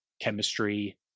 chemistry